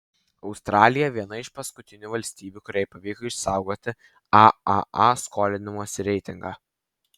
australija viena iš paskutinių valstybių kuriai pavyko išsaugoti aaa skolinimosi reitingą